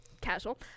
Casual